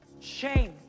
Shame